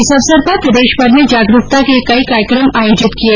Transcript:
इस अवसर पर प्रदेशभर में जागरूकता के कई कार्यक्रम आयोजित किये गये